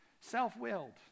Self-willed